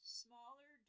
smaller